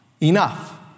enough